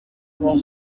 while